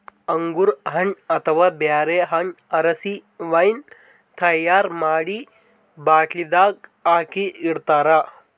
ಅಂಗೂರ್ ಹಣ್ಣ್ ಅಥವಾ ಬ್ಯಾರೆ ಹಣ್ಣ್ ಆರಸಿ ವೈನ್ ತೈಯಾರ್ ಮಾಡಿ ಬಾಟ್ಲಿದಾಗ್ ಹಾಕಿ ಇಡ್ತಾರ